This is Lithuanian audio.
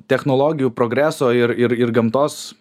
technologijų progreso ir ir ir gamtos